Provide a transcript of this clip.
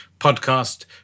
podcast